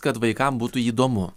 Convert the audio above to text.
kad vaikam būtų įdomu